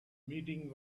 meeting